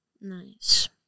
nice